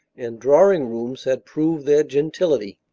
and drawing-rooms had proved their gentility.